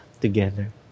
together